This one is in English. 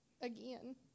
again